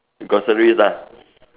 groceries ah